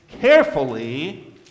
carefully